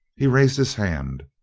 he raised his hand.